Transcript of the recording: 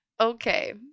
okay